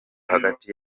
hagati